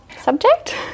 subject